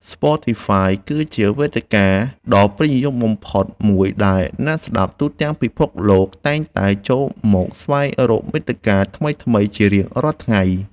ស្ប៉ូទីហ្វាយគឺជាវេទិកាដ៏ពេញនិយមបំផុតមួយដែលអ្នកស្តាប់ទូទាំងពិភពលោកតែងតែចូលមកស្វែងរកមាតិកាថ្មីៗជារៀងរាល់ថ្ងៃ។